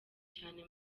cyane